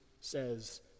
says